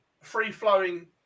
free-flowing